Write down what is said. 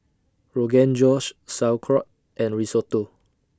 Rogan Josh Sauerkraut and Risotto